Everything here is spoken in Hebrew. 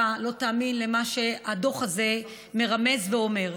לא תאמין למה שהדוח הזה מרמז ואומר.